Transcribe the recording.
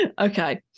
Okay